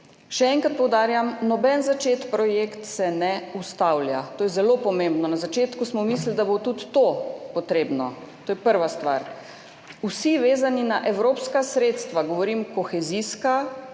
Še enkrat poudarjam, noben začeti projekt se ne ustavlja. To je zelo pomembno, na začetku smo mislili, da bo tudi to potrebno. To je prva stvar. Vsi, vezani na evropska sredstva, govorim o kohezijskih,